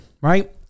right